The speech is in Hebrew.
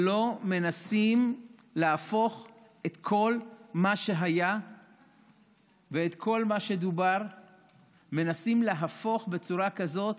ולא שאת כל מה שהיה ואת כל מה שדובר מנסים להפוך בצורה כזאת,